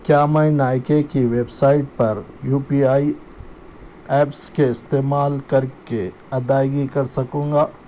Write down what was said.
کیا میں نائکے کی ویب سائٹ پر یو پی آئی ایپس کے استعمال کر کے ادائیگی کر سکوں گا